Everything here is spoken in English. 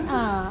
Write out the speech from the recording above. ah